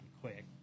quick